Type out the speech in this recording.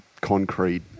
concrete